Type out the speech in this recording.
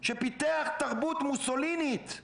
שפיתח תרבות מוסולינית,